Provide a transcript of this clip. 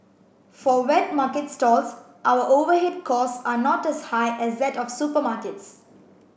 for wet market stalls our overhead cost are not as high as that of supermarkets